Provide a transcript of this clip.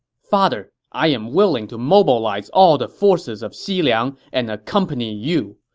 father, i am willing to mobilize all the forces of xiliang and accompany you,